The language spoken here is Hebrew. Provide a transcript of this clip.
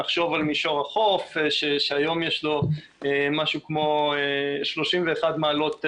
נחשוב על מישור החוף שהיום יש לו משהו כמו 31 מעלות בצוהריים,